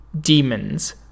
demons